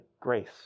grace